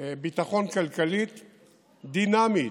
ביטחון כלכלית דינמית,